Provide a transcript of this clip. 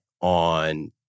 on